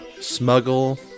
smuggle